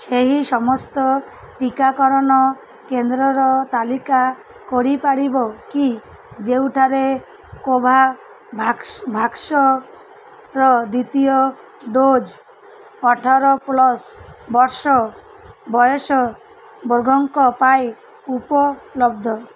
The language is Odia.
ସେହି ସମସ୍ତ ଟିକାକରଣ କେନ୍ଦ୍ରର ତାଲିକା କରିପାରିବ କି ଯେଉଁଠାରେ କୋଭୋଭ୍ୟାକ୍ସର ଦ୍ୱିତୀୟ ଡ଼ୋଜ୍ ଅଠର ପ୍ଲସ୍ ବର୍ଷ ବୟସ ବର୍ଗଙ୍କ ପାଇଁ ଉପଲବ୍ଧ